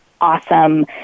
awesome